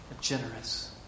generous